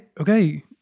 Okay